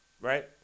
right